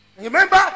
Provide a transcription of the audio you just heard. Remember